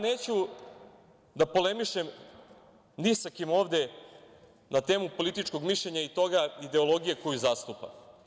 Neću da polemišem ni sa kim ovde na temu političkog mišljenja i ideologije koju zastupa.